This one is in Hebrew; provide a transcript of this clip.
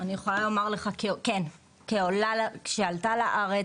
אני יכולה לומר לך, כעולה שעלתה לארץ,